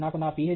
నాకు నా Ph